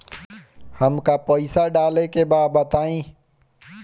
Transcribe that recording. हमका पइसा डाले के बा बताई